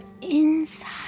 inside